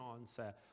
answer